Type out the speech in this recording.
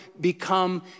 become